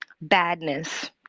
badness